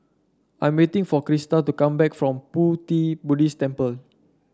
I'm waiting for Krista to come back from Pu Ti Buddhist Temple